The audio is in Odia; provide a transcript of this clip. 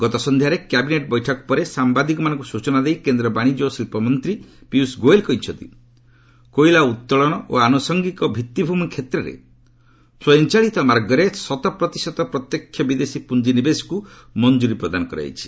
ଗତ ସନ୍ଧ୍ୟାରେ କ୍ୟାବିନେଟ୍ ବୈଠକ ପରେ ସାମ୍ଭାଦିକମାନଙ୍କୁ ସୂଚନା ଦେଇ କେନ୍ଦ୍ର ବାଣିଜ୍ୟ ଓ ଶିଳ୍ପମନ୍ତ୍ରୀ ପିୟୁଷ ଗୋୟଲ୍ କହିଛନ୍ତି କୋଇଲା ଉତ୍ତୋଳନ ଓ ଆନୁଷଙ୍ଗୀକ ଭିତ୍ତିଭୂମି କ୍ଷେତ୍ରରେ ସ୍ୱୟଂଚାଳିତ ମାର୍ଗରେ ଶତପ୍ରତିଶତ ପ୍ରତ୍ୟକ୍ଷ ବିଦେଶୀ ପୁଞ୍ଜି ନିବେଶକୁ ମଞ୍ଜୁରୀ ପ୍ରଦାନ କରାଯାଇଛି